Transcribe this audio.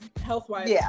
health-wise